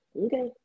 Okay